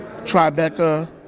Tribeca